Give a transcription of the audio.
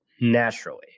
naturally